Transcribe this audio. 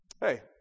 Hey